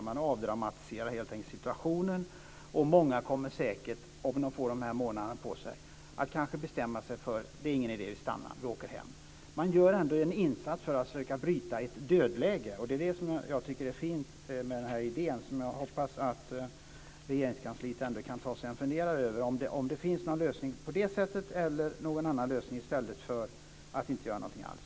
Man avdramatiserar helt enkelt situationen. Många kommer säkert, om de får dessa månader på sig, att bestämma sig för att det inte är någon idé att stanna och åka hem. Man gör ändå en insats för att försöka bryta ett dödläge, och det är det som jag tycker är fint med denna idé. Jag hoppas att Regeringskansliet ändå kan ta sig en funderare. Är detta lösningen, eller finns det någon annan lösning - i stället för att inte göra någonting alls?